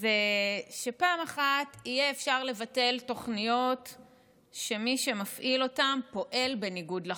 זה שפעם אחת יהיה אפשר לבטל תוכניות שמי שמפעיל אותן פועל בניגוד לחוק,